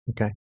Okay